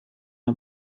har